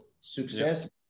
success